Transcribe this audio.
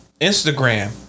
Instagram